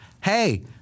hey